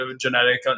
genetic